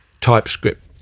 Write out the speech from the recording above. typescript